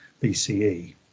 BCE